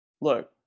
Look